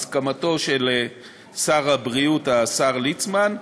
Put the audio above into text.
הסכמתו של שר הבריאות ליצמן,